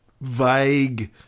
vague